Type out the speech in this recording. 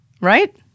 right